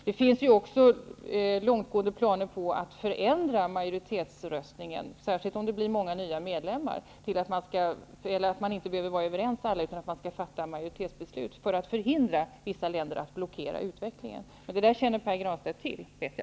Det finns också långtgående planer på att förändra majoritetsröstningen, särskilt om det blir många nya medlemmar, så att alla inte behöver vara överens utan att det räcker med ett majoritetsbeslut -- detta för att förhindra vissa länder att blockera utvecklingen. Jag vet att Pär Granstedt känner till detta.